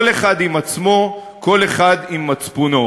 כל אחד עם עצמו, כל אחד עם מצפונו.